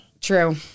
True